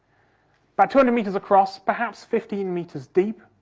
but two hundred metres across, perhaps fifteen metres deep.